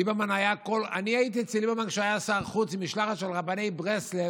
אני הייתי אצל ליברמן כשהוא היה שר החוץ עם משלחת של רבני ברסלב,